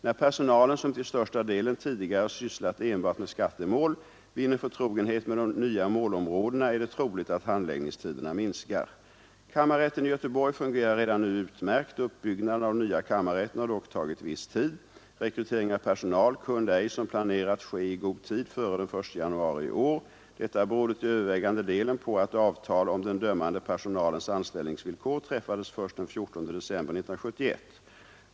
När personalen, som till största delen tidigare sysslat enbart med skattemål, vinner förtrogenhet med de nya målområdena är det troligt att handläggningstiderna minskar. Kammarrätten i Göteborg fungerar redan nu utmärkt. Uppbyggnaden av den nya kammarrätten har dock tagit viss tid. Rekrytering av personal kunde ej, som planerat, ske i god tid före den 1 januari i år. Detta berodde till övervägande delen på att avtal om den dömande personalens anställningsvillkor träffades först den 14 december 1971.